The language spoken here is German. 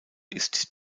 ist